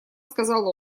сказал